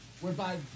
whereby